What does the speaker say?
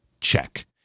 Check